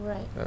Right